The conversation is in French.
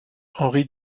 henri